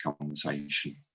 conversation